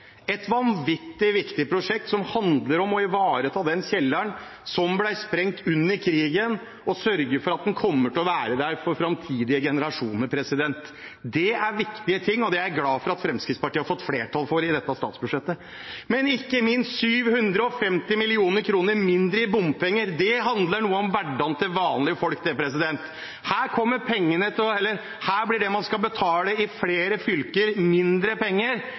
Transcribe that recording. et vanvittig viktig prosjekt som handler om å ivareta den kjelleren som ble sprengt under krigen, og sørge for at den kommer til å være der for framtidige generasjoner. Det er viktige ting, og det er jeg glad for at Fremskrittspartiet har fått flertall for i dette statsbudsjettet. Ikke minst handler 750 mill. kr mindre i bompenger om hverdagen til vanlige folk. Her blir det mindre penger å skulle betale i flere fylker. Det er nydelig, og det er deilig å vite at vi nå har fått ca. 2,7 mrd. kr mindre